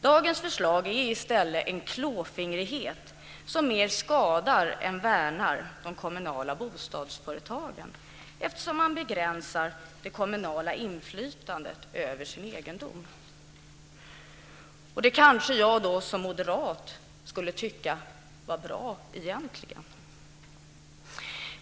Dagens förslag är i stället uttryck för en klåfingrighet som mer skadar än värnar de kommunala bostadsföretagen, eftersom man begränsar kommunernas inflytande över sin egendom. Jag skulle kanske som moderat egentligen tycka att det är bra.